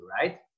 right